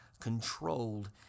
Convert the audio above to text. controlled